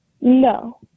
No